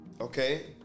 Okay